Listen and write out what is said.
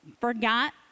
forgot